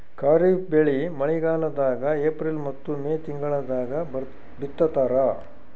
ಖಾರಿಫ್ ಬೆಳಿ ಮಳಿಗಾಲದಾಗ ಏಪ್ರಿಲ್ ಮತ್ತು ಮೇ ತಿಂಗಳಾಗ ಬಿತ್ತತಾರ